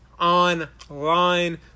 Online